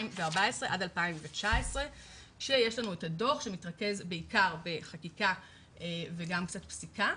2014-2019 כשיש לנו את הדו"ח שמתרכז בעיקר בחקיקה וגם קצת פסיקה,